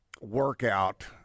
workout